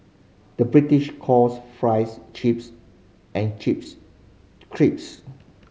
the British calls fries chips and chips crisps